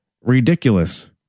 ridiculous